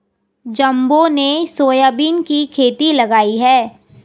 जम्बो ने सोयाबीन की खेती लगाई है